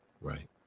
Right